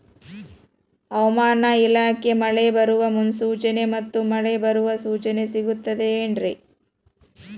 ಹವಮಾನ ಇಲಾಖೆ ಮಳೆ ಬರುವ ಮುನ್ಸೂಚನೆ ಮತ್ತು ಮಳೆ ಬರುವ ಸೂಚನೆ ಸಿಗುತ್ತದೆ ಏನ್ರಿ?